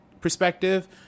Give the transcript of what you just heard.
perspective